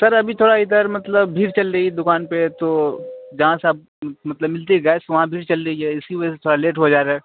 سر ابھی تھوڑا ادھر مطلب بھیڑ چل رہی ہے دکان پہ تو جہاں سے اب مطلب ملتی ہے گیس وہاں بھیڑ چل رہی ہے اسی وجہ سے تھوڑا لیٹ ہو جا رہا ہے